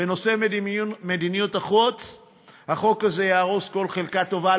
בנושא מדיניות החוץ החוק הזה יהרוס כל חלקה טובה,